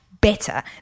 better